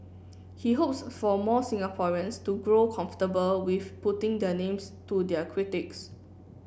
he hopes for more Singaporeans to grow comfortable with putting their names to their critiques